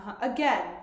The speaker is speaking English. again